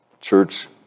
church